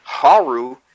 Haru